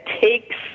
takes